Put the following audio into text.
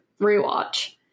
rewatch